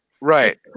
right